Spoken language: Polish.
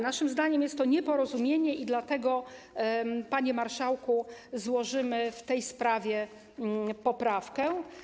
Naszym zdaniem jest to nieporozumienie i dlatego, panie marszałku, złożymy w tej sprawie poprawkę.